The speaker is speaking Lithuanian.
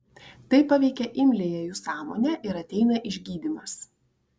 tai paveikia imliąją jų sąmonę ir ateina išgydymas